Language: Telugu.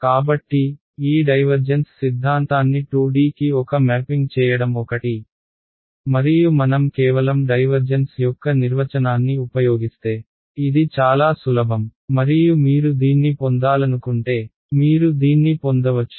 కాబట్టి ఈ డైవర్జెన్స్ సిద్ధాంతాన్ని 2D కి ఒక మ్యాపింగ్ చేయడం ఒకటి మరియు మనం కేవలం డైవర్జెన్స్ యొక్క నిర్వచనాన్ని ఉపయోగిస్తే ఇది చాలా సులభం మరియు మీరు దీన్ని పొందాలనుకుంటే మీరు దీన్ని పొందవచ్చు